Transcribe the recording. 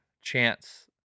chance